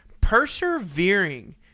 Persevering